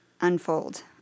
unfold